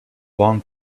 long